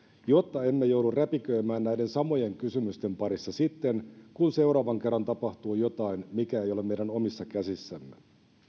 jotta emme joudu räpiköimään näiden samojen kysymysten parissa sitten kun seuraavan kerran tapahtuu jotain mikä ei ole meidän omissa käsissämme